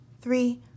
three